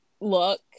look